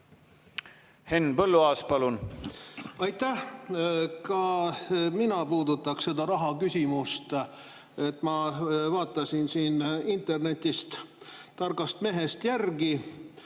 Henn Põlluaas, palun! Ka mina puudutan seda raha küsimust. Ma vaatasin siin internetist, targast mehest järgi.